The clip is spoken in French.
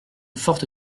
forte